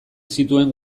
zituen